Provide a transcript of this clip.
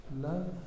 love